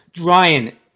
Ryan